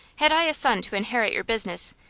had i a son to inherit your business,